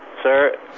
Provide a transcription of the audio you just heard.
Sir